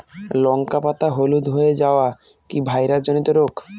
লঙ্কা পাতা হলুদ হয়ে যাওয়া কি ভাইরাস জনিত রোগ?